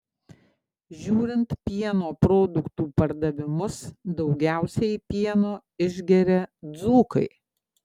žiūrint pieno produktų pardavimus daugiausiai pieno išgeria dzūkai